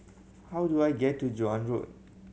how do I get to Joan Road